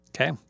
Okay